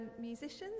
musicians